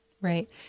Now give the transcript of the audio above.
Right